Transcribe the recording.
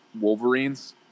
Wolverine's